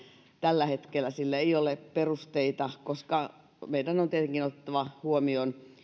tällä hetkellä ole perusteita koska meidän on tietenkin otettava huomioon